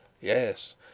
Yes